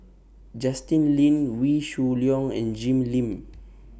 Justin Lean Wee Shoo Leong and Jim Lim